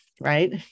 Right